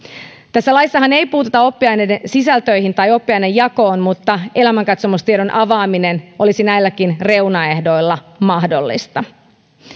tässä laissahan ei puututa oppiaineiden sisältöihin tai oppiainejakoon mutta elämänkatsomustiedon avaaminen olisi näilläkin reunaehdoilla mahdollista